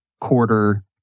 quarter